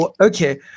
Okay